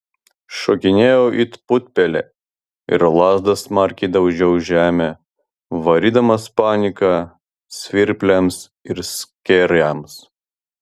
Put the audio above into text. šokinėjau it putpelė ir lazda smarkiai daužiau žemę varydamas paniką svirpliams ir skėriams